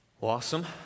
awesome